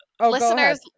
listeners